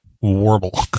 Warble